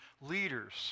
leaders